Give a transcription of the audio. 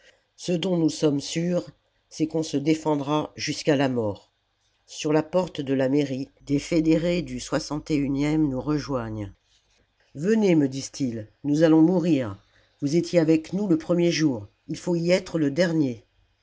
ce dont nous sommes sûrs c'est qu'on se défendra jusqu'à la mort sur la porte de la mairie des fédérés du e nous rejoignent venez me disent-ils nous allons mourir vous étiez avec nous le premier jour il faut y être le dernier